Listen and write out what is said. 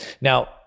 Now